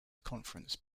conference